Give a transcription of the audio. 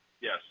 Yes